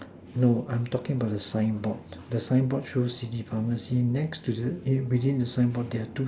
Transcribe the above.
no I'm talking about the sign board the sign board shows city pharmacy next to the eh within the sign board there are two